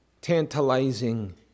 tantalizing